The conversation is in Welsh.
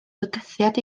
fygythiad